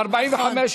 נכון.